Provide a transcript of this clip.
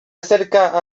acerca